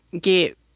get